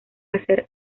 hacer